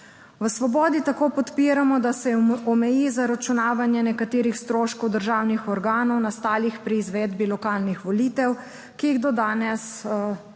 V Svobodi tako podpiramo, da se omeji zaračunavanje nekaterih stroškov državnih organov, nastalih pri izvedbi lokalnih volitev, ki so jih do danes plačevale